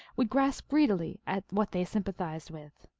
would grasp greedily at what they sympa thized with.